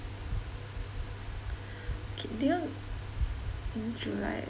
K do you mm july